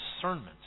discernment